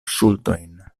ŝuldojn